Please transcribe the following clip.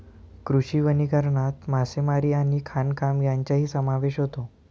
कृषी वनीकरणात मासेमारी आणि खाणकाम यांचाही समावेश होतो